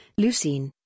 Leucine